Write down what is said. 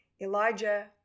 Elijah